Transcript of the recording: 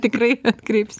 tikrai atkreips